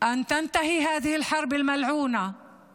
שתסתיים המלחמה הארורה הזאת,